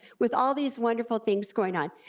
with all these wonderful things going on.